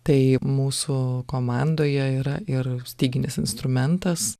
tai mūsų komandoje yra ir styginis instrumentas